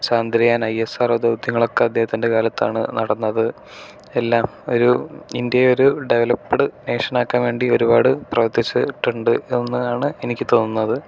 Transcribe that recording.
Chandrayaan I S R O ധൗത്യങ്ങളൊക്കെ അദ്ദേഹത്തിൻ്റെ കാലത്താണ് നടന്നത് എല്ലാം ഒരു ഇന്ത്യ ഒരു ഡെവലപ്ഡ് നേഷൻ ആക്കാൻ വേണ്ടി ഒരുപാട് പ്രവർത്തിച്ചിട്ടുണ്ട് എന്നാണ് എനിക്ക് തോന്നുന്നത്